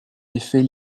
effet